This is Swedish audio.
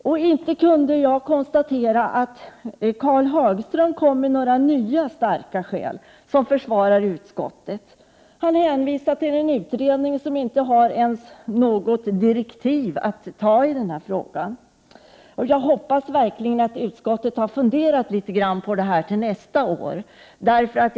Jag kunde inte heller konstatera att Karl Hagström kom med några nya starka skäl till försvar för utskottets ståndpunkt. Han hänvisar till en utredning som inte ens har några direktiv i frågan. Jag hoppas verkligen att utskottet funderar litet grand på den här frågan till nästa år.